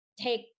take